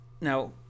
now